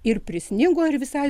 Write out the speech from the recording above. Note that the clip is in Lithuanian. ir prisnigo ir visai